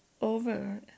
over